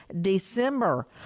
December